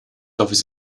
office